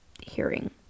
hearing